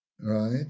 right